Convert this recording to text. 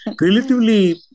relatively